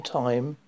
time